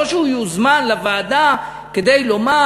לא שהוא יוזמן לוועדה כדי לומר,